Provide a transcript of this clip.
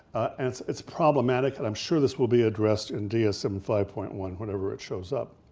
and it's it's problematic, and i'm sure this will be addressed in dsm five point one, whenever it shows up.